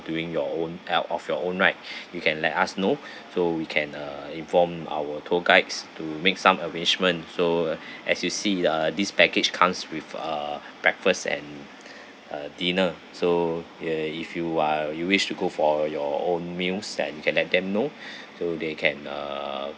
during your own tour of your own right you can let us know so we can uh inform our tour guides to make some arrangement so as you see the this package comes with uh breakfast and uh dinner so ya if you are you wish to go for your own meals then you can let them know so they can uh